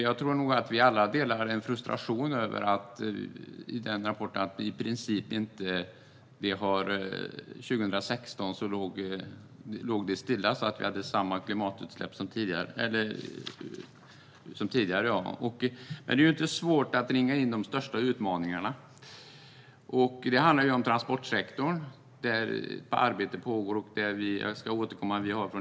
Jag tror att vi alla delar frustrationen över rapporten och över att det låg stilla 2016 så att vi hade samma klimatutsläpp som tidigare. Det är inte svårt att ringa in de största utmaningarna. Den första handlar om transportsektorn, där ett arbete pågår.